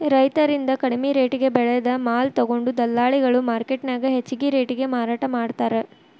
ರೈತರಿಂದ ಕಡಿಮಿ ರೆಟೇಗೆ ಬೆಳೆದ ಮಾಲ ತೊಗೊಂಡು ದಲ್ಲಾಳಿಗಳು ಮಾರ್ಕೆಟ್ನ್ಯಾಗ ಹೆಚ್ಚಿಗಿ ರೇಟಿಗೆ ಮಾರಾಟ ಮಾಡ್ತಾರ